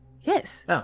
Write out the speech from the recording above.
Yes